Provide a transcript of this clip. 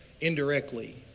indirectly